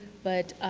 but